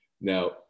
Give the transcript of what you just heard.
Now